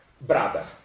brother